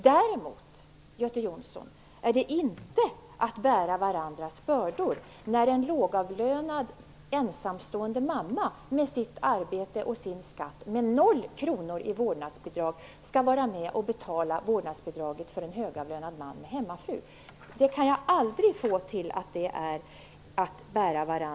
Däremot, Göte Jonsson, är det inte ett uttryck för att man bär varandras bördor när en lågavlönad ensamstående mamma med sitt arbete och sin skatt och med 0 kr i vårdnadsbidrag skall vara med om att betala vårdnadsbidraget för en högavlönad man med hemmafru. Jag kan aldrig gå med på det.